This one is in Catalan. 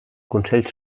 consell